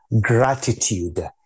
gratitude